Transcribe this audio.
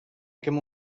aquest